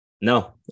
no